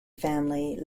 family